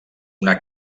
una